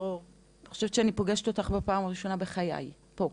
אני חושבת שאני פוגשת אותך בפעם הראשונה בחיי פה.